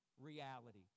reality